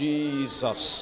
Jesus